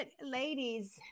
ladies